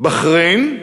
בחריין,